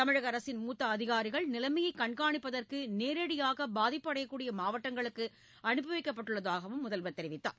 தமிழக அரசின் மூத்த அதிகாரிகள் நிலைமையை கண்காணிப்பதற்கு நேரடியாக பாதிப்பு அடையக்கூடிய மாவட்டங்களுக்கு அனுப்பி வைக்கப்பட்டுள்ளதாக கூறினார்